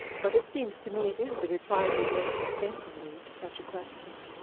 but it seems to me it is the reply we make instinctively to such a question.